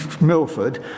Milford